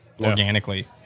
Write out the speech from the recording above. organically